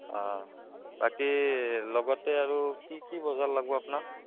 অঁ বাকী লগতে আৰু কি কি বজাৰ লাগিব আপোনাক